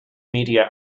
media